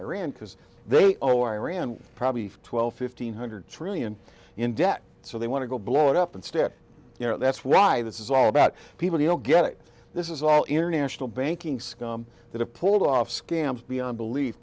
iran because they owe iran probably five twelve fifteen hundred trillion in debt so they want to go blow it up and step you know that's why this is all about people you know get it this is all international banking scum that have pulled off scams beyond belief